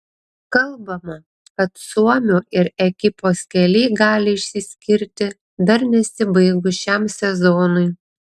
kalbama kad suomio ir ekipos keliai gali išsiskirti dar nesibaigus šiam sezonui